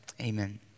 Amen